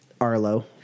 Arlo